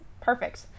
perfect